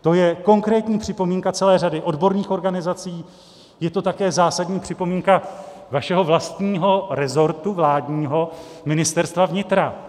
To je konkrétní připomínka celé řady odborných organizací, je to také zásadní připomínka vašeho vlastního resortu vládního Ministerstva vnitra.